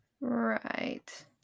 Right